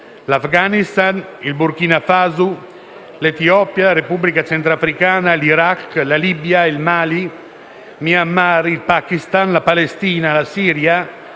Afghanistan, Burkina Faso, Etiopia, Repubblica Centrafricana, Iraq, Libia, Mali, Myanmar, Pakistan, Palestina, Siria,